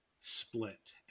split